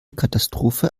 katastrophe